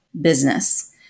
business